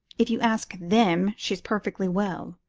if you ask them, she's perfectly well.